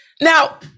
now